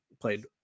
played